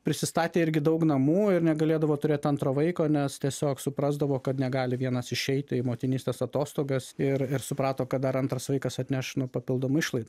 prisistatė irgi daug namų ir negalėdavo turėt antro vaiko nes tiesiog suprasdavo kad negali vienas išeit į motinystės atostogas ir ir suprato kad dar antras vaikas atneš nu papildomų išlaidų